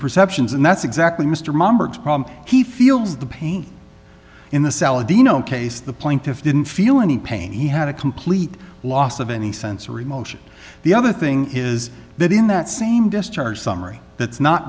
perceptions and that's exactly mr mom or to prompt he feels the pain in the salad you know case the plaintiffs didn't feel any pain he had a complete loss of any sense or emotion the other thing is that in that same discharge summary that's not